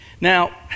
Now